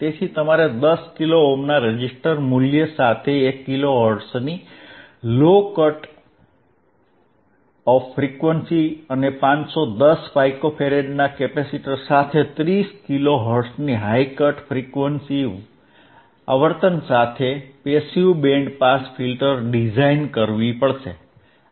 તેથી તમારે 10 કિલો ઓહ્મના રેઝિસ્ટર મૂલ્ય સાથે 1 કિલોહર્ટ્ઝની લો કટ ઓફ ફ્રીક્વન્સી અને 510 પાઇકો ફેરેડના કેપેસિટર સાથે 30 કિલો હર્ટ્ઝની હાઇ કટ ઓફ ફ્રીક્વંસી સાથે passive band pass filter design કરવું પડશે